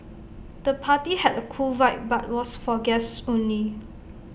the party had A cool vibe but was for guests only